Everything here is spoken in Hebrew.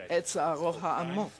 קודמי את צערו העמוק